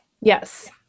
Yes